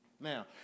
Now